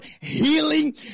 healing